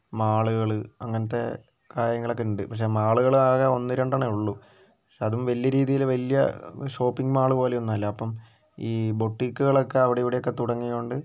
മാളുകള് അങ്ങനത്തെ കാര്യങ്ങളൊക്കെയുണ്ട് പക്ഷേ മാളുകളാകെ ഒന്ന് രണ്ടണ്ണമേ ഉള്ളൂ അതും വലിയ രീതിയില് വലിയ ഷോപ്പിംഗ് മാളുപോലെയൊന്നല്ല അപ്പം ഈ ബോട്ടിക്കുകളൊക്കെ അവിടെയും ഇവിടേക്കെ തുടങ്ങിയതുകൊണ്ട്